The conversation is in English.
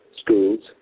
schools